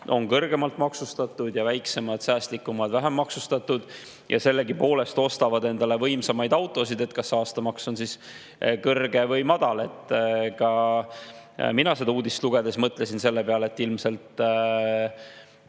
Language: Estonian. on kõrgemalt maksustatud ja väiksemad, säästlikumad on vähem maksustatud, aga sellegipoolest ostavad endale võimsamaid autosid. Kas aastamaks on siis kõrge või madal? Ka mina seda uudist lugedes mõtlesin, et võib-olla